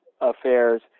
affairs